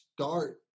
start